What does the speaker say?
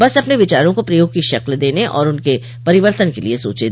बस अपने विचारो को प्रयोग की शक्ल देने और उनके परिवर्तन के लिए सोचें